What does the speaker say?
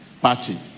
party